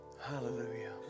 Hallelujah